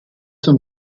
zum